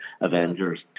Avengers